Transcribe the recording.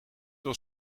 wel